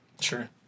Sure